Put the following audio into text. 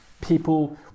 People